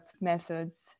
methods